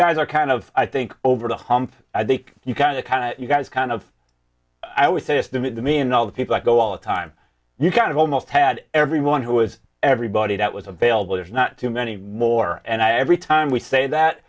guys are kind of i think over the hump i think you kind of you guys kind of i would say estimate to me and all the people i go all the time you kind of almost had everyone who was everybody that was available there's not too many more and i every time we say that